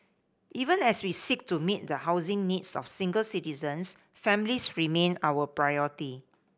even as we seek to meet the housing needs of single citizens families remain our priority